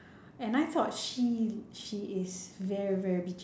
and I thought she she is very very bitchy